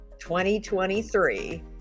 2023